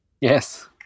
Yes